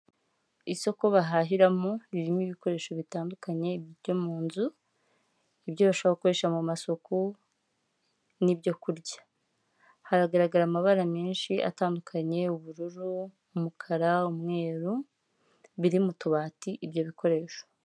Isoko bahahiramo, ririmo ibikoresho bitandukanye byo mu nzu, ibyo bashobora gukoresha mu masuku, n'ibyo kurya. Hagaragara amabara menshi atandukanye, ubururu, umukara, umweru, biri mu tubati ibyo bikoresho.